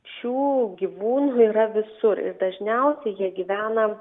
šių gyvūnų yra visur ir dažniausiai jie gyvena